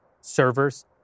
servers